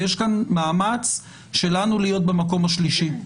ויש כאן מאמץ שלנו להיות במקום השלישי.